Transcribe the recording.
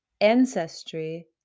ancestry